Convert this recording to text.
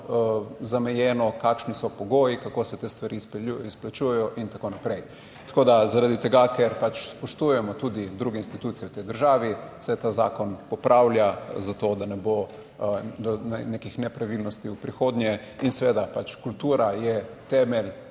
zamejeno, kakšni so pogoji, kako se te stvari izplačujejo in tako naprej. Tako da zaradi tega, ker pač spoštujemo tudi druge institucije v tej državi se ta zakon popravlja, zato, da ne bo nekih nepravilnosti v prihodnje in seveda pač kultura je temelj,